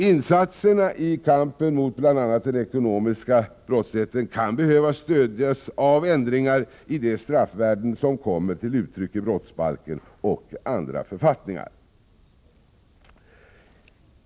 Insatserna i kampen mot bl.a. den ekonomiska brottsligheten kan behöva stödjas av ändringar i de straffvärden som kommer till uttryck i brottsbalken och andra författningar.